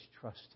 trust